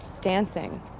Dancing